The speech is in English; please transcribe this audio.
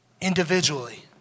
individually